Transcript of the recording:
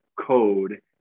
code